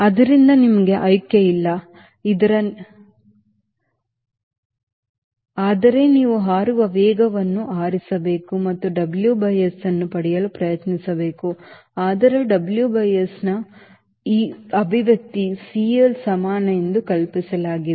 ಆದ್ದರಿಂದ ನಿಮಗೆ ಆಯ್ಕೆ ಇಲ್ಲ ಆದರೆ ನೀವು ಹಾರುವ ವೇಗವನ್ನು ಆರಿಸಬೇಕು ಮತ್ತು WSಅನ್ನು ಪಡೆಯಲು ಪ್ರಯತ್ನಿಸಬೇಕು ಆದರೆ WS ನ ಈ ಅಭಿವ್ಯಕ್ತಿ CL ಸಮಾನ ಎಂದು ಕಲ್ಪಿಸಲಾಗಿದೆ